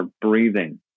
breathing